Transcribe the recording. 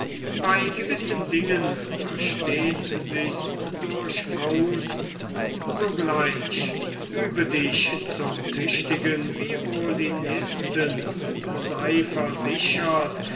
bei gewissen dingen versteht sich's durchaus und sogleich übe dich zum tüchtigen violinisten und sei versichert